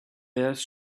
earth